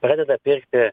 pradeda pirkti